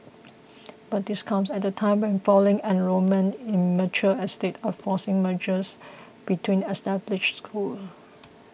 but this comes at a time when falling enrolment in mature estates are forcing mergers between established schools